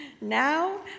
now